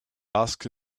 asked